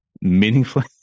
meaningfully